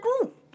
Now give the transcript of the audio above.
group